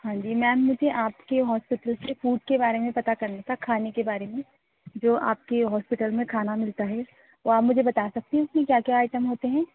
ہاں جی میم مجھے آپ کے ہاسپٹل سے فوڈ کے بارے میں پتا کرنا تھا کھانے کے بارے میں جو آپ کے ہاسپٹل میں کھانا ملتا ہے وہ آپ مجھے بتا سکتی ہیں اس میں کیا کیا آئٹم ہوتے ہیں